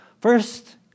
First